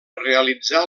realitzar